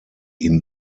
ihm